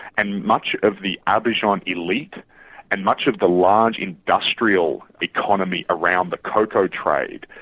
and much of the abidjan elite and much of the large industrial economy around the cocoa trade,